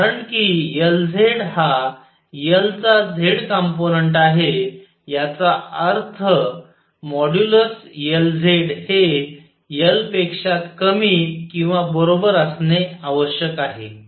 कारण कि Lzहा L चा z कंपोनंट आहे याचा अर्थ मॉड्यूलस Lz हे L पेक्षा कमी किंवा बरोबर असणे आवश्यक आहे